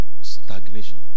stagnation